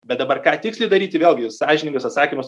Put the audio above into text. bet dabar ką tiksliai daryti vėlgi sąžiningas atsakymas